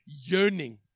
yearning